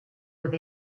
with